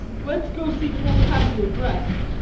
let's go see poor cassio dress'd